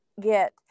get